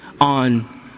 on